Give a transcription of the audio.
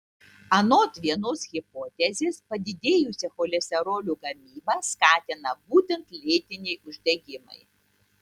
anot vienos hipotezės padidėjusią cholesterolio gamybą skatina būtent lėtiniai uždegimai